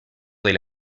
del